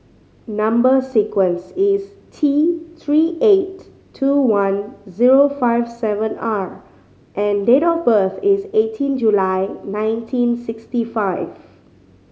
number sequence is T Three eight two one zero five seven R and date of birth is eighteen July nineteen sixty five